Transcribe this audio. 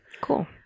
Cool